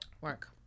Work